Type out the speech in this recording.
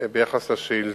שר